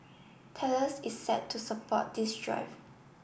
Thales is set to support this drive